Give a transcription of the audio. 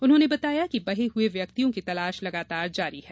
उन्होंने बताया कि बहे हुए व्यक्तियों की तलाश लगातार जारी है